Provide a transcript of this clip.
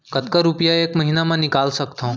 कतका रुपिया एक महीना म निकाल सकथव?